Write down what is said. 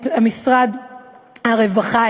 את משרד הרווחה,